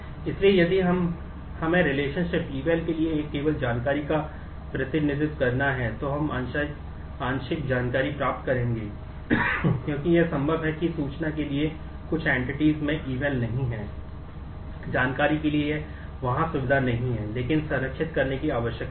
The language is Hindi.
इसलिए यदि हमें रिलेशनशिप को याद रखने की आवश्यकता है